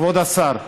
כבוד השר,